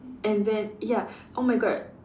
and then ya oh my god